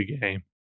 game